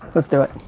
let's do it.